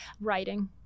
Writing